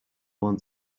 want